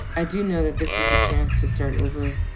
i do know that this is a chance to start over,